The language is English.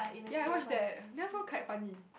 ya I watch that this one quite funny